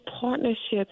partnerships